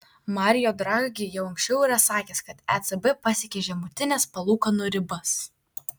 mario draghi jau anksčiau yra sakęs kad ecb pasiekė žemutines palūkanų ribas